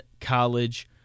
college